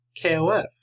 KOF